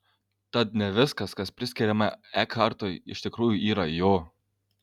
tad ne viskas kas priskiriama ekhartui iš tikrųjų yra jo